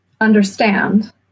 Understand